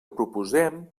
proposem